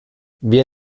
wir